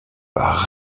par